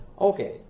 Okay